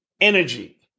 energy